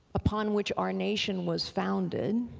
upon which our nation was founded,